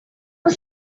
was